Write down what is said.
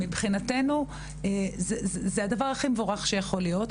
מבחינתנו זה הדבר הכי מבורך שיכול להיות.